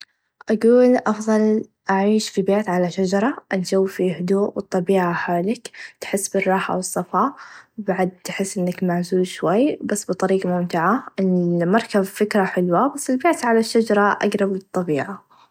أقول أفظل أعيش في بيت على شچره الچو في هدوء و الطبيعه حولك تحس بالراحه و الصفاء بعد تحس إنك معزول شوى بس بالطريقه ممتعه المركب فكره حلوه بس البيت على الشچره أقرب للطبيعه.